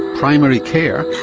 primary care,